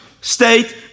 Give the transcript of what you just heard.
state